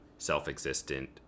self-existent